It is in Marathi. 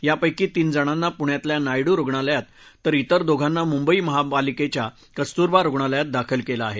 यापंकी तीनजणांना पुण्यातल्या नायडू रुग्णालयात तर तिर दोघांना मुंबई महापालिकेच्या कस्तुरबा रुग्णालयात दाखल केलं आहे